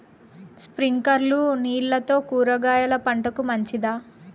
స్ప్రింక్లర్లు నీళ్లతో కూరగాయల పంటకు మంచిదా?